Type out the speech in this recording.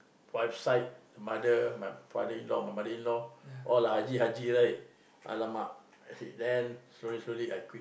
wife side mother my father in-law my mother in-law all ah haji haji right alamak then slowly slowly I quit